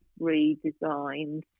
redesigned